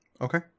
Okay